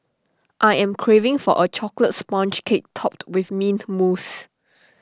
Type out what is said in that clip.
I am craving for A Chocolate Sponge Cake Topped with Mint Mousse